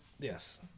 Yes